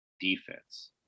defense